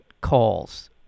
calls